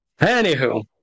Anywho